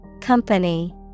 Company